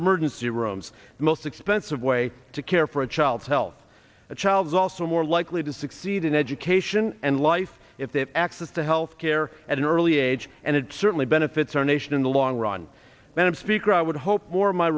emergency rooms the most expensive way to care for a child's health a child is also more likely to succeed in education and life if they have access to health care at an early age and it certainly benefits our nation in the long run madam speaker i would hope more my